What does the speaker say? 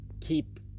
keep